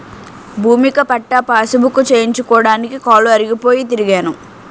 భూమిక పట్టా పాసుబుక్కు చేయించడానికి కాలు అరిగిపోయి తిరిగినాను